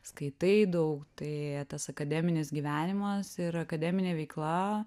skaitai daug tai tas akademinis gyvenimas ir akademinė veikla